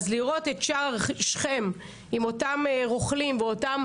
אז לראות את שער שכם עם אותם רוכלים ואותם